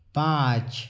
पाँच